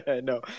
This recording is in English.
No